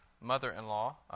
mother-in-law